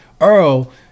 Earl